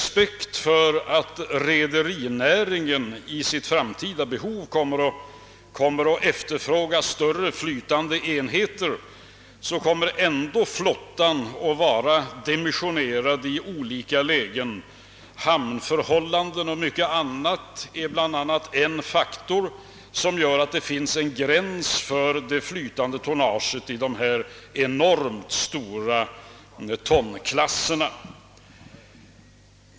Trots att rederinäringen i framtiden kommer att efterfråga större flytande enheter tror jag flottan kommer att vara dimensionerad på olika sätt. Hamnförhållanden och mycket annat är faktorer som gör att det finns en gräns för det flytande tonnaget i dessa enormt stora tonklasser.